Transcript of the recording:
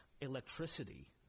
electricity